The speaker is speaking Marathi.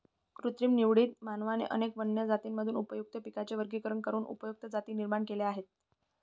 कृत्रिम निवडीत, मानवाने अनेक वन्य जातींमधून उपयुक्त पिकांचे वर्गीकरण करून उपयुक्त जाती निर्माण केल्या आहेत